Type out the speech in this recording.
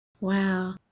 Wow